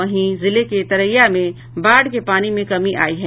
वहीं जिले के तरैया में बाढ़ के पानी में कमी आयी है